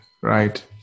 right